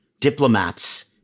diplomats